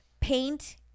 paint